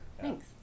Thanks